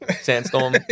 Sandstorm